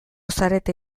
zarete